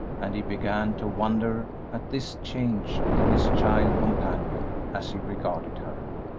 and he began to wonder at this change in his child companion, as he regarded her.